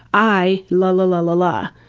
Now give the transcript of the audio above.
i la la la la la.